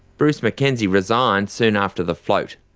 bruce mackenzie resigned soon after the float.